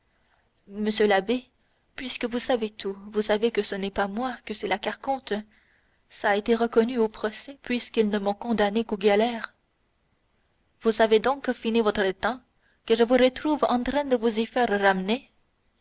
monsieur l'abbé puisque vous savez tout vous savez que ce n'est pas moi que c'est la carconte ç'a été reconnu au procès puisqu'ils ne m'ont condamné qu'aux galères vous avez donc fini votre temps que je vous retrouve en train de vous y faire ramener